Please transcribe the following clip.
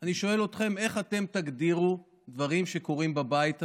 אני שואל אתכם איך אתם תגדירו דברים שקורים בבית הזה,